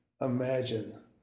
imagine